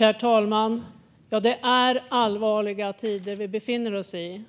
Herr talman! Det är allvarliga tider vi befinner oss i.